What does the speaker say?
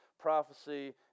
prophecy